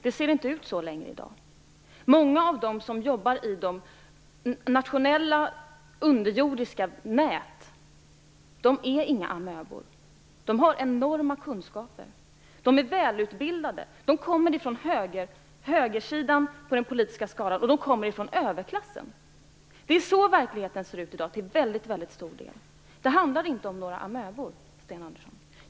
Det ser inte ut så längre i dag. Många av dem som jobbar i de nationella, underjordiska nät som finns är inga amöbor. De har enorma kunskaper. De är välutbildade, de kommer från högersidan på den politiska skalan, och de kommer från överklassen. Det är så verkligheten ser ut i dag till väldigt, väldigt stor del. Det handlar inte om några amöbor, Sten Andersson.